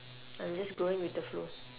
I'm just going with the flow